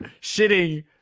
shitting